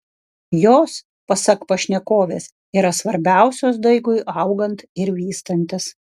jos pasak pašnekovės yra svarbiausios daigui augant ir vystantis